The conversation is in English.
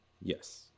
Yes